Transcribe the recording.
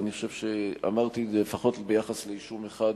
ואני חושב שאמרתי את זה לפחות ביחס לאישום אחד,